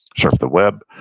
surf the web,